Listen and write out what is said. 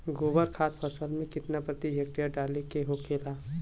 गोबर खाद फसल में कितना प्रति हेक्टेयर डाले के होखेला?